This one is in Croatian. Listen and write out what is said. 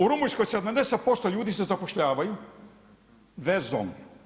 U Rumunjskoj 70% ljudi se zapošljavaju vezom.